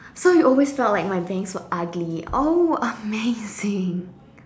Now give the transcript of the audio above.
so you always felt like my bangs were ugly oh amazing